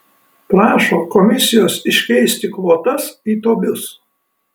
prašo komisijos iškeisti kvotas į tobius